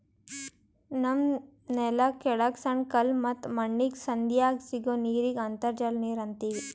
ನಮ್ಮ್ ನೆಲ್ದ ಕೆಳಗ್ ಸಣ್ಣ ಕಲ್ಲ ಮತ್ತ್ ಮಣ್ಣಿನ್ ಸಂಧ್ಯಾಗ್ ಸಿಗೋ ನೀರಿಗ್ ಅಂತರ್ಜಲ ನೀರ್ ಅಂತೀವಿ